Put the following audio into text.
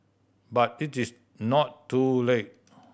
but it is not too late